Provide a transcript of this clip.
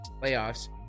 playoffs